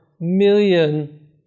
million